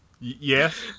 Yes